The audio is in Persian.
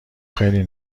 خیلی